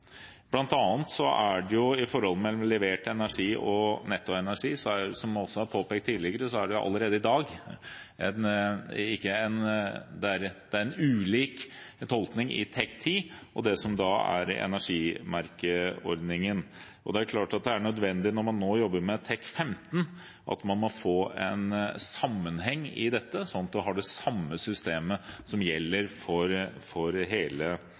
er det i forholdet mellom levert energi og nettoenergi allerede i dag, som det er påpekt tidligere, en ulik tolkning av TEK 10 og det som er energimerkeordningen. Det er klart at det er nødvendig når man nå jobber med TEK 15, å få en sammenheng i dette, sånn at det samme systemet gjelder for hele feltet. For TEK 15, som også er viktig for fjernvarmeutviklingen, er også diskusjonen hvordan man setter grensen for